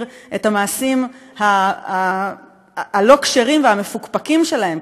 את המעשים הלא-כשרים והמפוקפקים שלהם,